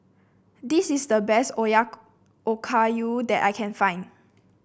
this is the best Okayu that I can find